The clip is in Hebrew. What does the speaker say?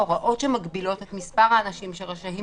ההוראות שמגבילות את מספר האנשים שרשאים